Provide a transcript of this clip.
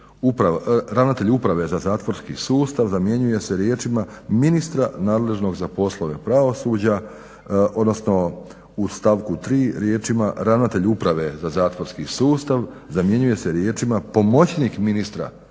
ravnatelj uprave za zatvorski sustav zamjenjuje se riječima ministar nadležnog za poslove pravosuđa odnosno u stavku 3 riječima ravnatelj uprave za zatvorski sustav zamjenjuje se riječima pomoćnik ministra